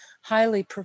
highly